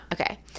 Okay